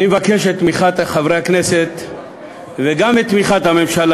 אני מבקש את תמיכת חברי הכנסת וגם את תמיכת הממשלה,